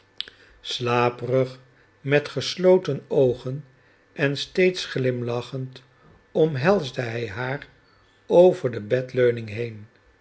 slaperig met gesloten oogen en steeds glimlachend omhelsde hij haar over de bedleuning heen